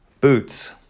Boots